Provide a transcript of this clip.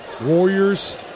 Warriors